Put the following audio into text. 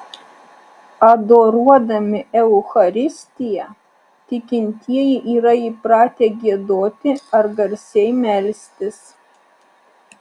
adoruodami eucharistiją tikintieji yra įpratę giedoti ar garsiai melstis